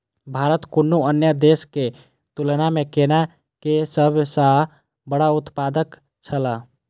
भारत कुनू अन्य देश के तुलना में केला के सब सॉ बड़ा उत्पादक छला